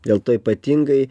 dėl to ypatingai